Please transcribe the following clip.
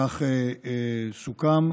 כך סוכם,